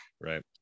Right